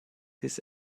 this